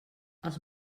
els